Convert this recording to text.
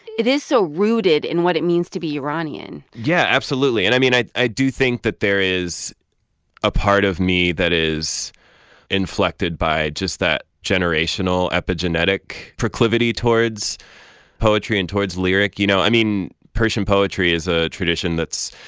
it is so rooted in what it means to be iranian yeah, absolutely. and i mean, i i do think that there is a part of me that is inflected by just that generational, epigenetic proclivity towards poetry and towards lyric, you know. i mean, persian poetry is a tradition that's,